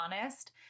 honest